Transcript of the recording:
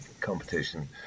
competition